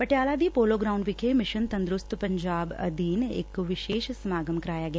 ਪਟਿਆਲਾ ਦੀ polo ground ਵਿਖੇ mission ਤੰਦਰੁਸਤ ਪੰਜਾਬ ਅਧੀਨ ਇੱਕ ਵਿਸ਼ੇਸ਼ ਸਮਾਗਮ ਕਰਵਾਇਆ ਗਿਆ